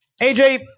AJ